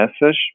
message